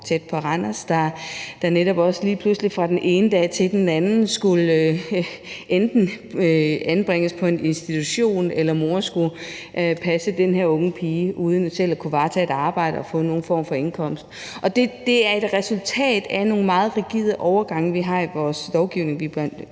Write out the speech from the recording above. tæt på Randers, der netop også lige pludselig fra den ene dag til den anden enten skulle anbringes på en institution, eller også skulle mor passe den her unge pige uden selv at kunne varetage et arbejde og få nogen form for indkomst. Det er et resultat af nogle meget rigide overgange, vi har i vores lovgivning, og